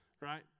right